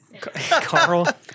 Carl